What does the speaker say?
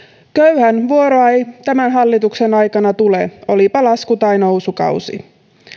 köyhän vuoroa ei tämän hallituksen aikana tule olipa lasku tai nousukausi